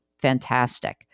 Fantastic